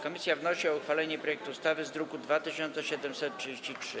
Komisja wnosi o uchwalenie projektu ustawy z druku nr 2733.